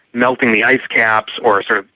melting the ice caps or, sort of,